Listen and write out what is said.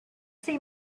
see